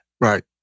Right